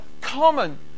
common